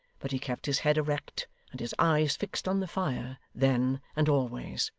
but he kept his head erect and his eyes fixed on the fire, then, and always.